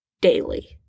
daily